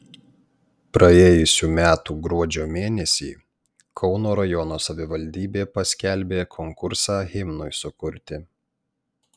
praėjusių metų gruodžio mėnesį kauno rajono savivaldybė paskelbė konkursą himnui sukurti